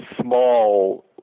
small